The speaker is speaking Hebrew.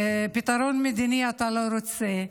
פתרון מדיני, אתה לא רוצה.